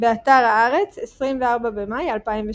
באתר הארץ, 24 במאי 2018